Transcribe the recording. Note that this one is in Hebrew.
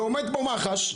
ועומד פה ממח"ש,